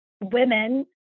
women